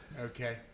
Okay